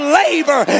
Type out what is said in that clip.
labor